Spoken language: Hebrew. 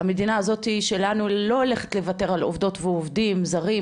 המדינה הזאת שלנו לא הולכת לוותר על עובדות ועובדים זרים,